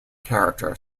character